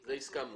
לזה הסכמנו.